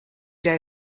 day